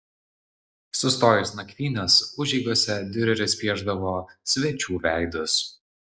sustojus nakvynės užeigose diureris piešdavo svečių veidus